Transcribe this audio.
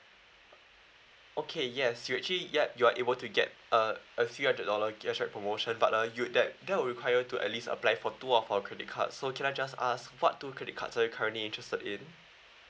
okay yes you actually ya you are able to get a a few hundred dollar cashback promotion but uh you that that will require to at least apply for two of our credit cards so can I just ask what two credit cards are you currently interested in